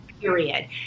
period